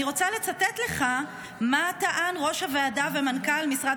אני רוצה לצטט לך מה טען ראש הוועדה ומנכ"ל משרד